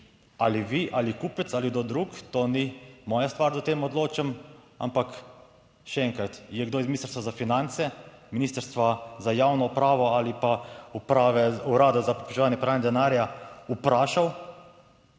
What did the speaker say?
ali vi ali kupec ali kdo drug, to ni moja stvar, da o tem odločam. Ampak še enkrat, je kdo iz Ministrstva za finance, Ministrstva za javno upravo ali pa uprave urada za preprečevanje pranja denarja vprašal,